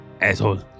asshole